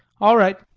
all right.